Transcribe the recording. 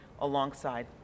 alongside